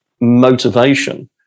motivation